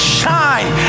shine